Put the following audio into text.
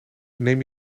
neem